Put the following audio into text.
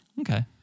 Okay